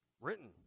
written